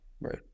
Right